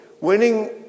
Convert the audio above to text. winning